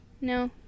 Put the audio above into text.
No